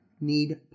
Need